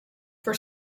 for